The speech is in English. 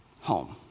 home